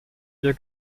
wir